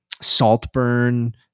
Saltburn